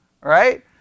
right